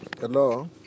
Hello